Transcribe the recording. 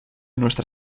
nuestra